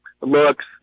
looks